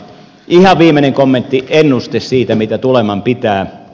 ihan viimeinen kommentti ennuste siitä mitä tuleman pitää